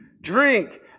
drink